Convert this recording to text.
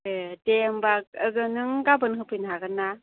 ए दे होमबा नों गाबोन होफैनो हागोन ना